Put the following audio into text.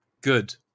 good